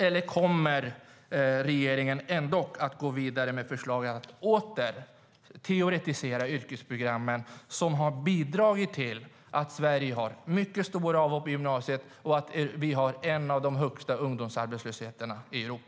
Eller kommer regeringen ändock att gå vidare med förslaget att åter teoretisera yrkesprogrammen som har bidragit till att Sverige har mycket stora avhopp på gymnasiet och att vi har en ungdomsarbetslöshet som är bland de högsta i Europa?